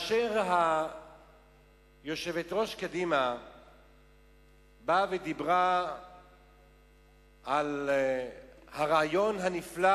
יושבת-ראש קדימה דיברה על הרעיון הנפלא